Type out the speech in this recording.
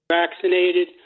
vaccinated